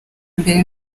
mbere